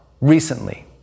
recently